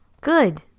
good